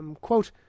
Quote